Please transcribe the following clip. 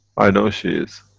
i know she is.